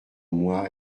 moi